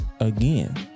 again